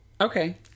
Okay